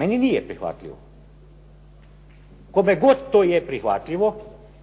Meni nije prihvatljivo. Kome god to je prihvatljivo